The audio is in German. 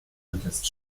contest